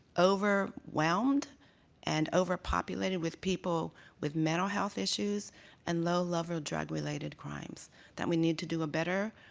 overwhelmed and overpopulated with people with mental health issues and low level drug-related crimes that we need to do a better